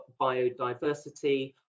biodiversity